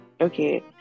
okay